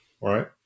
Right